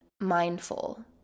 mindful